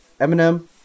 Eminem